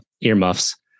earmuffs